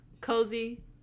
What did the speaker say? cozy